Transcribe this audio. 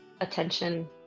attention